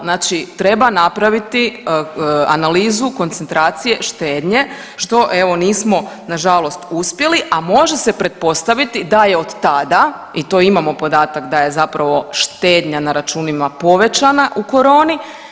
Znači treba napraviti analizu koncentracije štednje što evo nismo nažalost uspjeli, a može se pretpostaviti da je od tada i to imamo podatak da je zapravo štednja na računima povećana u koroni.